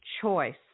choice